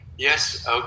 yes